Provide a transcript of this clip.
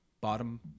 bottom